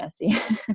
messy